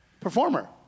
Performer